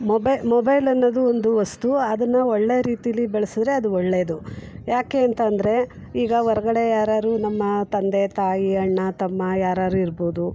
mobile mobile ಅನ್ನೋದು ಒಂದು ವಸ್ತು ಅದನ್ನು ಒಳ್ಳೆಯ ರೀತೀಲಿ ಬಳ್ಸಿದ್ರೆ ಅದು ಒಳ್ಳೆಯದು ಯಾಕೆ ಅಂತ ಅಂದರೆ ಈಗ ಹೊರ್ಗಡೆ ಯಾರಾದ್ರು ನಮ್ಮ ತಂದೆ ತಾಯಿ ಅಣ್ಣ ತಮ್ಮ ಯಾರಾದ್ರು ಇರ್ಬೋದು